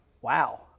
Wow